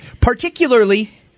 particularly